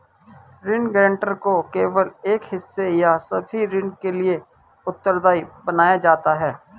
ऋण गारंटर को केवल एक हिस्से या सभी ऋण के लिए उत्तरदायी बनाया जाता है